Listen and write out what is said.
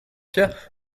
hier